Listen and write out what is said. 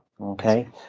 Okay